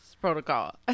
protocol